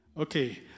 Okay